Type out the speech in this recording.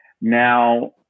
Now